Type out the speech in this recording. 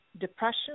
depression